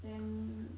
then